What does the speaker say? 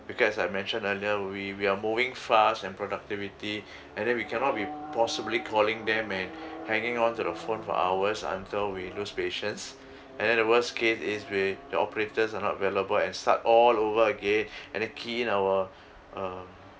because I mentioned earlier we we are moving fast and productivity and then we cannot be possibly calling them and hanging onto the phone for hours until we lose patience and then the worst case is with the operators are not available and start all over again and then key in our um